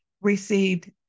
received